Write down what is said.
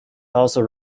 also